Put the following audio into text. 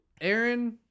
Aaron